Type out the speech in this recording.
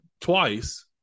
twice